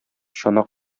чана